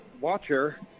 watcher